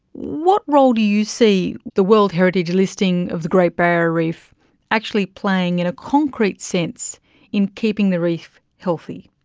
what role do you see the world heritage listing of the great barrier reef actually playing in a concrete sense in keeping the reef healthy?